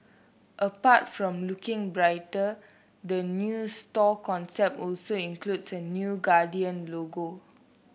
apart from looking brighter the new store concept also includes a new Guardian logo